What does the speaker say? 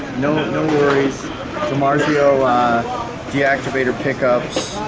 no, no worries dimarzio deactivator pickups